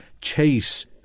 chase